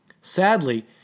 Sadly